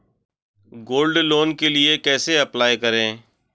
Gold loan के लिए कैसे अप्लाई करें?